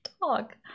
talk